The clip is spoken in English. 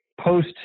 post